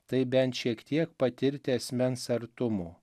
tai bent šiek tiek patirti asmens artumo